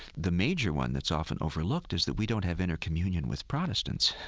the major one that's often overlooked is that we don't have intercommunion with protestants.